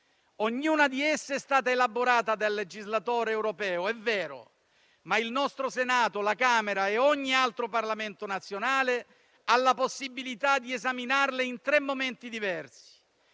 Ognuna di esse è stata elaborata dal legislatore europeo, è vero, ma il nostro Senato, la Camera dei deputati e ogni altro Parlamento nazionale hanno la possibilità di esaminarle in tre momenti diversi: